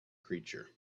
creature